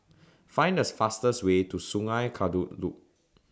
Find The fastest Way to Sungei Kadut Loop